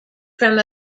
from